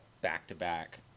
back-to-back